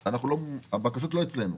והבקשות לא אצלנו.